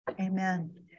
amen